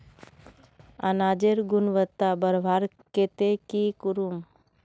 अनाजेर गुणवत्ता बढ़वार केते की करूम?